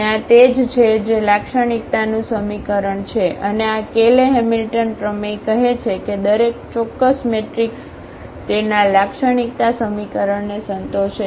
અને આ તે જ છે જે લાક્ષણિકતાનું સમીકરણ છે અને આ કેલે હેમિલ્ટન પ્રમેય કહે છે કે દરેક ચોરસ મેટ્રિક્સ તેના લાક્ષણિકતા સમીકરણને સંતોષે છે